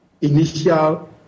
initial